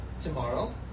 tomorrow